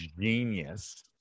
genius